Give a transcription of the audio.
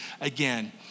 again